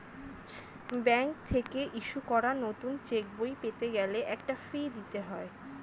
bank থেকে issue করা নতুন চেকবই পেতে গেলে একটা ফি দিতে হয়